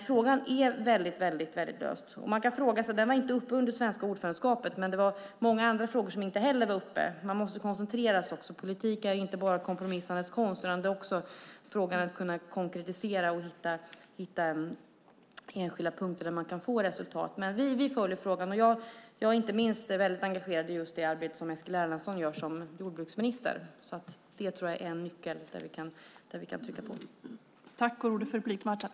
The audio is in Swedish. Frågan var inte uppe under det svenska ordförandeskapet, men det var många andra frågor som inte heller var uppe. Man måste koncentrera sig. Politik är inte bara kompromissandets konst, utan också att kunna konkretisera och hitta enskilda punkter där man kan få resultat. Vi följer frågan. Jag är inte minst väldigt engagerad i just det arbete som Eskil Erlandsson gör som jordbruksminister. Jag tror att det är en nyckel som vi kan trycka på med.